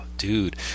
Dude